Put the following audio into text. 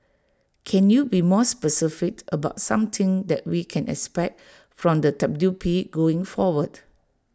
can you be more specific about something that we can expect from the W P going forward